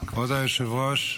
כבוד היושב-ראש,